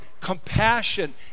compassion